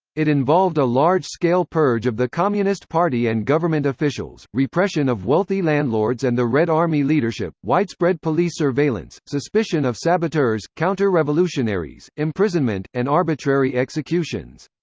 it involved a large-scale purge of the communist party and government officials, repression of wealthy landlords and the red army leadership, widespread police surveillance, suspicion of saboteurs, counter-revolutionaries, imprisonment, and arbitrary executions.